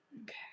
Okay